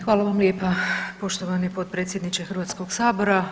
Hvala vam lijepa poštovani potpredsjedniče Hrvatskog sabora.